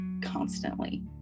constantly